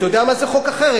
אתה יודע מה זה חוק החרם?